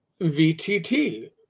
VTT